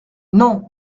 non